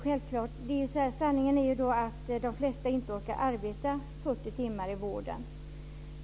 Sanningen är den att de flesta inte orkar arbeta 40 timmar i veckan.